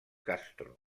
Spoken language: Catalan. castro